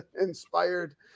inspired